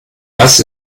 das